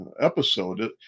episode